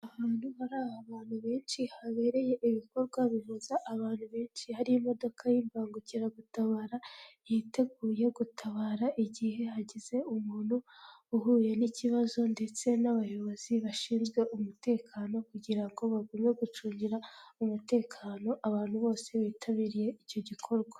Ahantu hari abantu benshi habereye ibikorwa bihuza abantu benshi hari imodoka y'imbangukiragutabara, yiteguye gutabara igihe hagize umuntu uhuye n'ikibazo ndetse n'abayobozi bashinzwe umutekano, kugira ngo bagume gucungira umutekano abantu bose bitabiriye icyo gikorwa.